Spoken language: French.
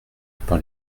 par